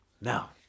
now